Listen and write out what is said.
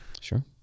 sure